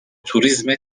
turizme